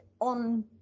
on